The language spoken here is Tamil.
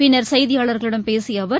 பின்னர் செய்தியாளர்களிடம் பேசிய அவர்